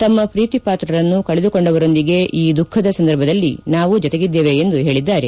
ತಮ್ನ ಪ್ರೀತಿಪಾತ್ರರನ್ನು ಕಳೆದುಕೊಂಡವರೊಂದಿಗೆ ಈ ದುಃಖದ ಸಂದರ್ಭದಲ್ಲಿ ನಾವು ಜತೆಗಿದ್ದೇವೆ ಎಂದು ಹೇಳಿದ್ದಾರೆ